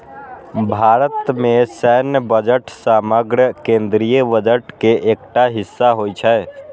भारत मे सैन्य बजट समग्र केंद्रीय बजट के एकटा हिस्सा होइ छै